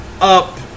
up